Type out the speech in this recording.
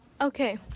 Okay